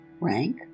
rank